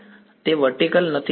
વિદ્યાર્થી હા તે વર્ટિકલ નથી